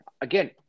Again